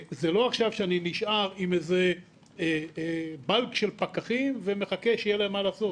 זה לא שעכשיו אני נשאר עם איזה בנק של פקחים ומחכה שיהיה להם מה לעשות.